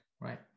right